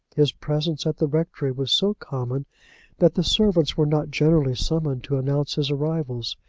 his presence at the rectory was so common that the servants were not generally summoned to announce his arrivals,